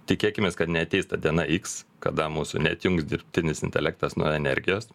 tikėkimės kad neateis ta diena x kada mūsų neatjungs dirbtinis intelektas nuo energijos